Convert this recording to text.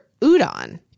udon